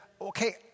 okay